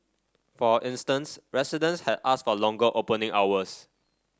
for instance residents had asked for longer opening hours